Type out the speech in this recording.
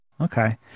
Okay